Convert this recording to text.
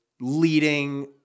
leading